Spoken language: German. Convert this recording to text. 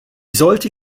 sollte